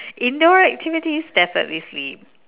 indoor activities definitely sleep